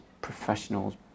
professional's